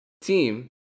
team